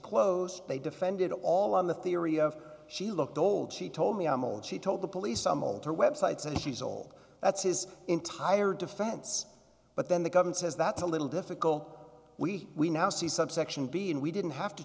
closed they defended it all on the theory of she looked old she told me i'm old she told the police i'm older websites and she's old that's his entire defense but then the government says that's a little difficult we we now see subsection b and we didn't have to